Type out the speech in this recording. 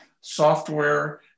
software